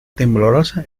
temblorosa